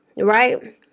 Right